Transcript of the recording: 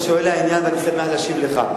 אתה שואל לעניין ואני שמח להשיב לך.